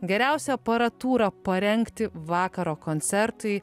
geriausią aparatūrą parengti vakaro koncertui